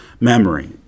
memory